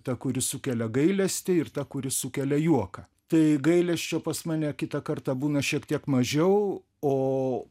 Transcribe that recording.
ta kuri sukelia gailestį ir ta kuri sukelia juoką tai gailesčio pas mane kitą kartą būna šiek tiek mažiau o